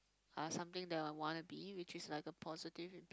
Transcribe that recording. are something that I wanna be which is like a positive